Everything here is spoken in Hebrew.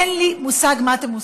אין לי מושג מה אתם עושים,